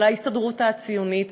של ההסתדרות הציונית,